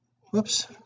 whoops